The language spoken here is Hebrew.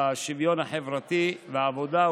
השוויון החברתי והעבודה,